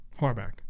Harback